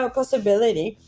possibility